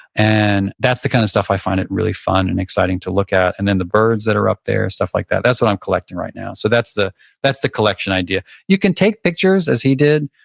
and that's the kind of stuff i find it really fun and exciting to look at. and then the birds that are up there and stuff like that, that's what i'm collecting right now. so that's the that's the collection idea you can take pictures as he did.